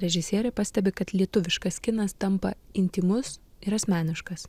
režisierė pastebi kad lietuviškas kinas tampa intymus ir asmeniškas